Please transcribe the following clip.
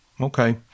okay